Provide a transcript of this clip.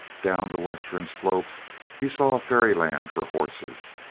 down the western slopes he saw a fairyland for horses.